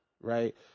right